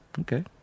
Okay